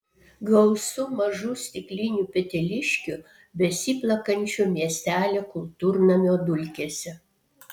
gausu mažų stiklinių peteliškių besiplakančių miestelio kultūrnamio dulkėse